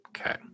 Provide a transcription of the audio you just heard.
Okay